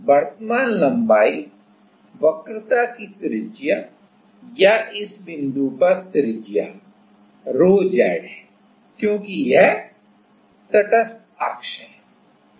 वर्तमान लंबाई वक्रता की त्रिज्या या इस बिंदु पर त्रिज्या ρz है क्योंकि यह तटस्थ अक्ष है